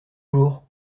jour